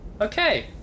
okay